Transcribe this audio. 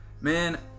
man